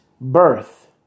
birth